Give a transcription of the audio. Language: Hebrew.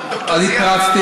חבר הכנסת